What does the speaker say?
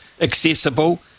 accessible